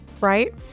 right